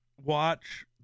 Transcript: watch